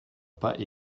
pas